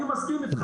אני מסכים איתך.